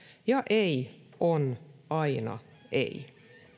ja ei on aina ei